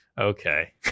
okay